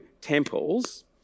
temples